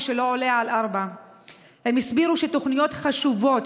שלא עולה על 4. הם הסבירו שתוכניות חשובות,